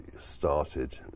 started